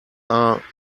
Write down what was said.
are